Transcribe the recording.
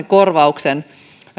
korvauksen